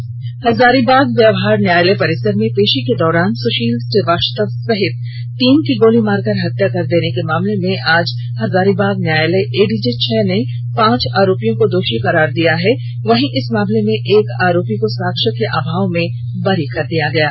दोशी करार हजारीबाग व्यवहार न्यायालय परिसर में पेशी के दौरान सुशील श्रीवास्तव सहित तीन की गोली मारकर हत्या कर देने के मामले में आज हजारीबाग न्यायालय एडीजे छह ने पाँच आरोपियो को दोषी करार दिया है वहीं इस मामले में एक आरोपी को साक्ष्य के अभाव में बरी कर दिया है